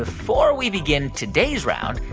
before we begin today's round,